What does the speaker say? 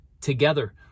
together